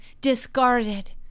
discarded